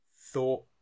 thought